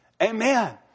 Amen